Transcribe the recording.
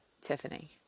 Tiffany